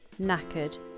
knackered